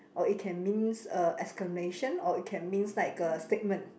or it can means a exclamation or it can means like a statement